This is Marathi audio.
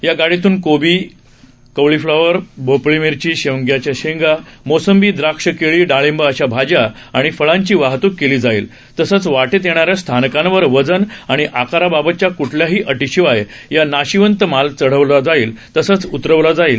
या गाडीतुन कोबी कॉलीफ्लॉवर भोपळी मिरची शेवग्याच्या शेंगा मोसंबी द्राक्ष केळी डाळिंब अशा भाज्या आणि फळांची वाहतूक केली जाईल तसंच वाटेत येणाऱ्या स्थानकांवर वजन आणि आकाराबाबतच्या कुठल्याही अटीशिवाय हा नाशिवंत माल चढवता तसंच उतरवता येईल